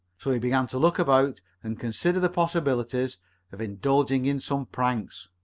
so he began to look about and consider the possibilities of indulging in some pranks.